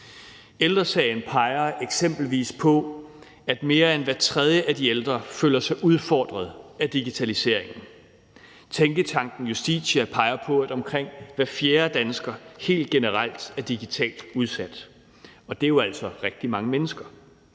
Ældre Sagen peger eksempelvis på, at mere end hver tredje af de ældre føler sig udfordret af digitaliseringen. Tænketanken Justitia peger på, at omkring hver fjerde dansker helt generelt er digitalt udsat, og det er jo altså rigtig mange mennesker,